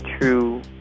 true